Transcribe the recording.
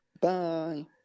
Bye